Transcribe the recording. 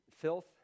filth